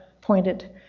pointed